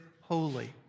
holy